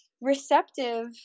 receptive